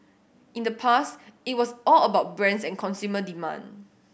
in the past it was all about brands and consumer demand